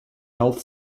health